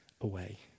away